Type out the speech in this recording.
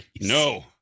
No